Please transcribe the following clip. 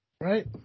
Right